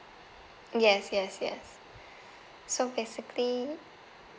yes yes yes so basically